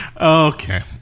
Okay